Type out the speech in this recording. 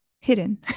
hidden